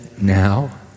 now